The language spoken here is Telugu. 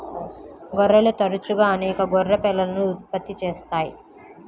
గొర్రెలు తరచుగా అనేక గొర్రె పిల్లలను ఉత్పత్తి చేస్తాయి